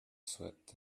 soit